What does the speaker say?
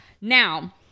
Now